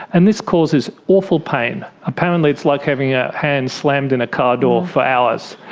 and this causes awful pain. apparently it's like having a hand slammed in a car door for hours.